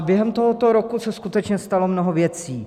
Během tohoto roku se skutečně stalo mnoho věcí.